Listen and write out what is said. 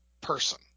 person